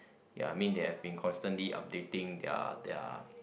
ya I mean they have been constantly updating their their